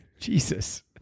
Jesus